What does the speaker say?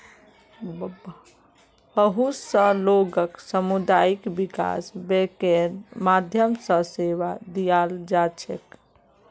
बहुत स लोगक सामुदायिक विकास बैंकेर माध्यम स सेवा दीयाल जा छेक